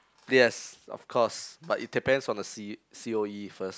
yes of course but it depends on the C~ C_O_E first